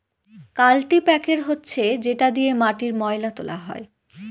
কাল্টিপ্যাকের হচ্ছে যেটা দিয়ে মাটির ময়লা তোলা হয়